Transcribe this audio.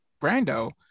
Brando